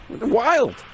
Wild